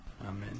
Amen